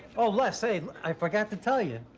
oh, les, hey, i forgot to tell you,